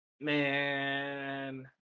Man